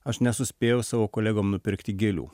aš nesuspėjau savo kolegom nupirkti gėlių